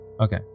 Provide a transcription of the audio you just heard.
Okay